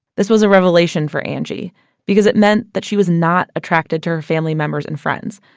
this was a revelation for angie because it meant that she was not attracted to her family members and friends.